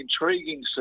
intriguing